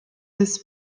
des